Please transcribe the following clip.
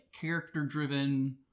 character-driven